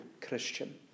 Christian